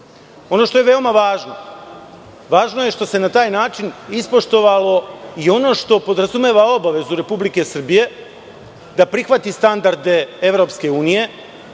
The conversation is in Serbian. što je veoma važno, važno je što se na taj način ispoštovalo i ono što podrazumeva obavezu Republike Srbije da prihvati standarde EU,